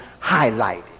highlighted